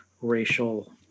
racial